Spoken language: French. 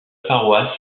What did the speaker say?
paroisse